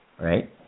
right